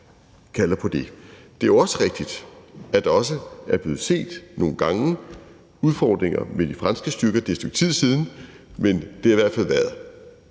kalder på det. Det er også rigtigt, at det også nogle gange er blevet set, at der er udfordringer med de franske styrker. Det er et stykke tid siden, men det har i hvert fald været